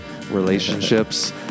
relationships